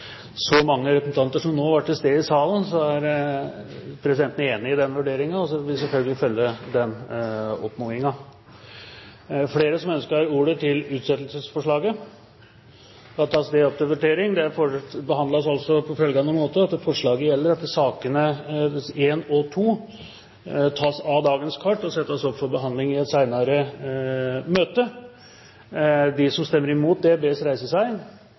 så mange representanter som nå var til stede i salen – er presidenten enig i den vurderingen. Og så vil presidenten selvfølgelig følge den anmodningen. Er det flere som ønsker ordet til dette utsettelsesforslaget? – Det er det ikke. Forslaget går ut på at sakene nr. 1 og 2 tas av dagens kart og føres opp til behandling i et senere møte. Det voteres da over forslaget. Votering: Forslaget fra Øyvind Korsberg ble enstemmig bifalt. Det